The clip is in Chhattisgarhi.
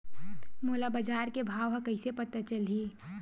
मोला बजार के भाव ह कइसे पता चलही?